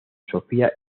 sofía